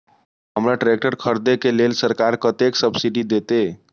हमरा ट्रैक्टर खरदे के लेल सरकार कतेक सब्सीडी देते?